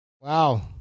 Wow